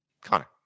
Connor